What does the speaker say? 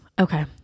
Okay